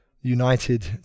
united